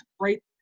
right